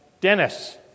Dennis